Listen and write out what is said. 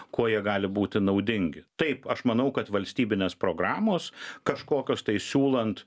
kuo jie gali būti naudingi taip aš manau kad valstybinės programos kažkokios tai siūlant